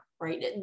right